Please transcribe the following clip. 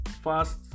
fast